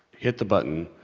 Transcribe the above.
hit the button,